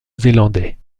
zélandais